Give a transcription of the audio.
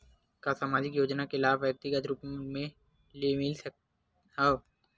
का सामाजिक योजना के लाभ व्यक्तिगत रूप ले मिल सकत हवय?